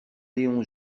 léon